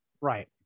Right